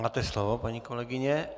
Máte slovo, paní kolegyně.